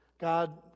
God